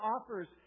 offers